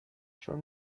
چون